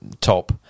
top